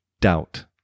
doubt